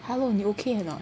hello 你 okay or not